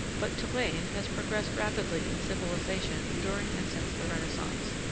but touraine has progressed rapidly in civilization during and since the renaissance.